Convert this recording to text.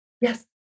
Yes